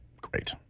great